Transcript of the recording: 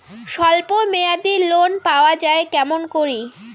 স্বল্প মেয়াদি লোন পাওয়া যায় কেমন করি?